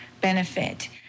benefit